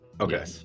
Okay